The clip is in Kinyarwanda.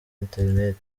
internet